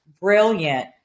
brilliant